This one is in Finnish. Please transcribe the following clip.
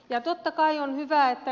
ja totta kai on hyvä että